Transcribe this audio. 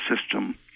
system